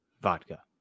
Vodka